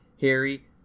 Harry